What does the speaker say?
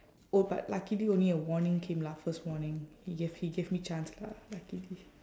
oh but luckily only a warning came lah first warning he gave he gave me chance lah luckily